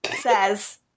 says